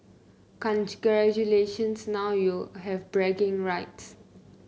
congratulations now you have bragging rights